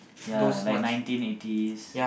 ya like nineteen eightieth